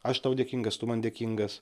aš tau dėkingas tu man dėkingas